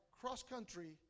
cross-country